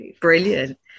brilliant